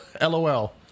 LOL